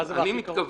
מה זה בהכי קרוב?